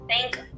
Thank